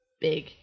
big